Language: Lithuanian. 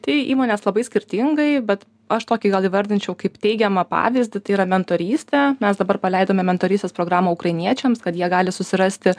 tai įmonės labai skirtingai bet aš tokį gal įvardinčiau kaip teigiamą pavyzdį tai yra mentorystė mes dabar paleidome mentorystės programą ukrainiečiams kad jie gali susirasti